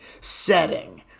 setting